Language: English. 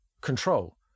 control